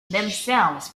themselves